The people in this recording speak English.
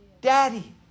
Daddy